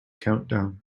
countdown